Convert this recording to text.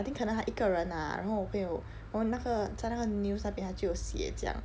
I think 可能她一个人 lah 然后我朋友然后那个在那个 news 那边他就有在写讲